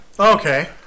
Okay